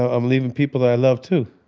i'm leaving people that i love too.